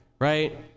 right